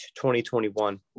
2021